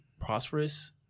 Prosperous